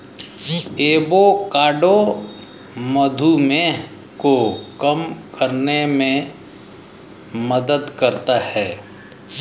avocado मधुमेह को कम करने में मदद करता है